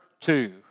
two